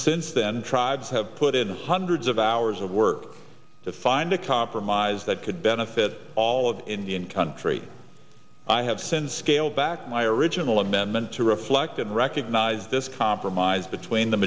since then tribes have put in hundreds of hours of work to find a compromise that could benefit all of indian country i have since scaled back my original amendment to reflect and recognize this compromise between the